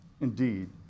indeed